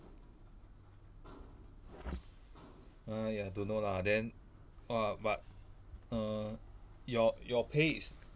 uh ya don't know lah then !whoa! but err your your pay is